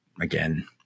again